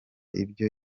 ibyo